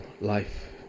life